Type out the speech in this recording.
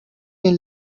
این